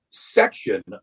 section